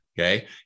Okay